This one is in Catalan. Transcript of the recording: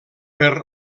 per